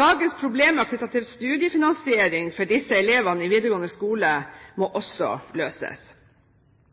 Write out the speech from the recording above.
Dagens problemer knyttet til studiefinansiering for disse elevene i videregående skole må